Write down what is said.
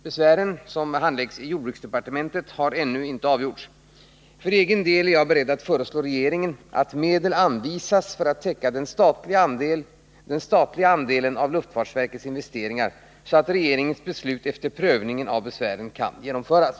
Besvären, som handläggs i jordbruksdepartementet, har ännu inte avgjorts. För egen del är jag beredd att föreslå regeringen att medel anvisas för att täcka den statliga andelen av luftfartsverkets investeringar, så att regeringens beslut efter prövningen av besvären kan genomföras.